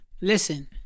Listen